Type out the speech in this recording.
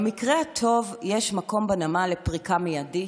במקרה הטוב יש מקום בנמל לפריקה מיידית,